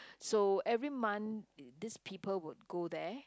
so every month uh these people will go there